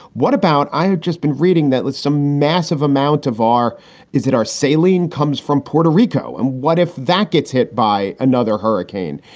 what about i had just been reading that there's a massive amount of our is it our sailin comes from puerto rico and what if that gets hit by another hurricane?